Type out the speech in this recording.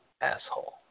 asshole